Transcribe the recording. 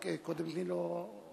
רק קודם תני לו רמקול.